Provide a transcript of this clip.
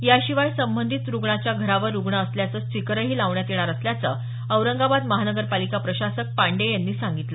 याशिवाय संबंधित रुग्णाच्या घरावर रुग्ण असल्याचं स्टिकरही लावण्यात येणार असल्याचं औरंगाबाद महापालिका प्रशासक पांडेय यांनी सांगितलं